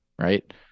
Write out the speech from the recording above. right